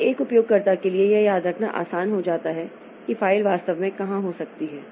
इसलिए एक उपयोगकर्ता के लिए यह याद रखना आसान हो जाता है कि फ़ाइल वास्तव में कहाँ हो सकती है